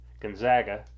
Gonzaga